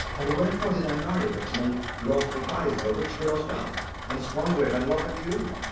and wherefore did i marry but to make lawful prize of a rich widow's wealth, and squander it on love and you?